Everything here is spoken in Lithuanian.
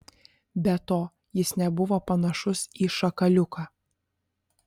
be to jis nebuvo panašus į šakaliuką